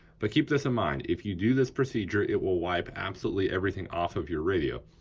but keep this in mind. if you do this procedure, it will wipe absolutely everything off of your radio.